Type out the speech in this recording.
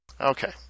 Okay